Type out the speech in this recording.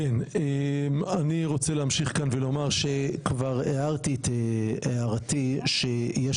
אני רוצה להמשיך כאן ולומר שכבר הערתי את הערתי שיש